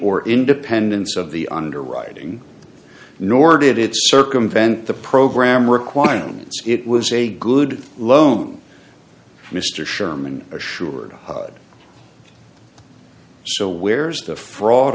or independence of the underwriting nor did it circumvent the program requirements it was a good loan mr sherman assured so where's the fraud